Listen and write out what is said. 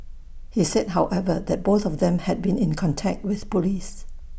he said however that both of them had been in contact with Police